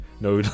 no